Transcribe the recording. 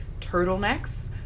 turtlenecks